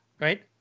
right